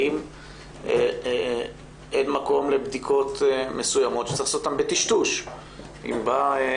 האם אין מקום לבדיקות מסוימות שצריך לעשות אותן בטשטוש אם באה